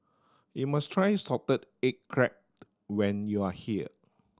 you must try salted egg crab when you are here